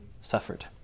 suffered